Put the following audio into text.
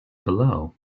below